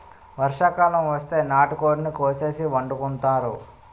వర్షాకాలం వస్తే నాటుకోడిని కోసేసి వండుకుంతారు